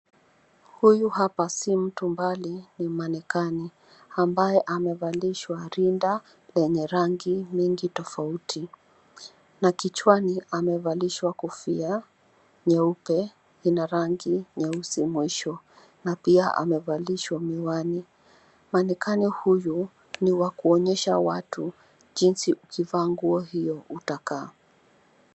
Huyu hapa si mtu mbali ni manekane ambaye amevalishwa rinda lenye rangi mingi tofauti na kichwani amevalishwa kofia nyeupe yenye rangi nyeusi mwisho, na pia amevalishwa miwani. Manekane huyu ni wa kuonyesha watu jinsi ukivaa nguo hiyo utakaa.